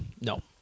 no